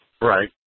Right